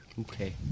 Okay